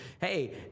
Hey